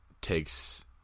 takes